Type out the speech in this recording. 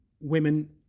women